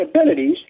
abilities